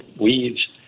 weeds